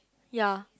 ya